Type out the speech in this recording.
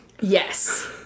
Yes